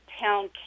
town